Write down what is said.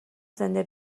زنده